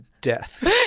death